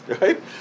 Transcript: Right